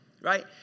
right